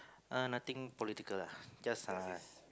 uh nothing political lah just uh